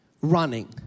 running